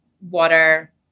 water